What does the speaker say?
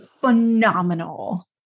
phenomenal